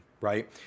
right